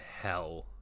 hell